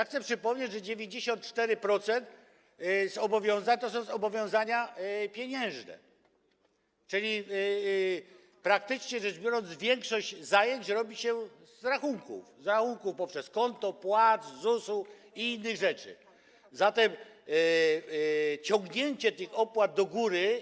Chcę przypomnieć, że 94% zobowiązań stanowią zobowiązania pieniężne, czyli praktycznie rzec biorąc, większość zajęć robi się z rachunków poprzez konto płac, ZUS-u i inne rzeczy, a zatem ciągnięcie tych opłat do góry.